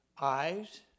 eyes